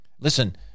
Listen